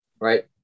right